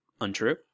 untrue